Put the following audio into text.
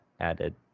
added